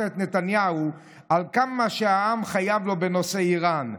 את נתניהו על כמה שהעם חייב לו בנושא איראן,